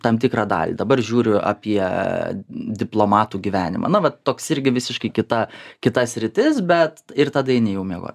tam tikrą dalį dabar žiūriu apie diplomatų gyvenimą na va toks irgi visiškai kita kita sritis bet ir tada eini jau miegot